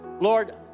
Lord